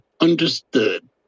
understood